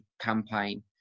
campaign